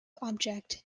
object